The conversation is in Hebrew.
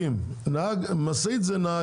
זה לא נותן את כל הפתרון.